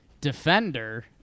defender